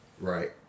Right